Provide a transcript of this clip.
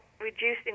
reducing